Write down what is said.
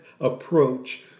approach